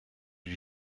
die